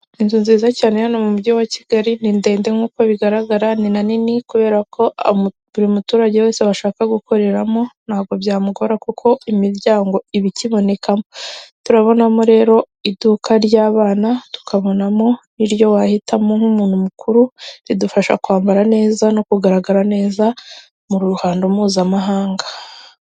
Inzu nziza cyane hano mu mujyi wa Kigali ni ndende nk'uko bigaragara, ni na nini kubera ko buri muturage wese bashaka gukoreramo ntabwo byamugora kuko imiryango ibakibonekamo. Turabonamo rero iduka ry'abana tukabonamo n'iryo wahitamo nk'umuntu mukuru, ridufasha kwambara neza no kugaragara neza mu ruhando mpuzamahanga.